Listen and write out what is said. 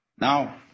Now